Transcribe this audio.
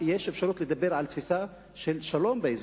תהיה אפשרות לדבר על תפיסה של שלום באזור.